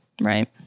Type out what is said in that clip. right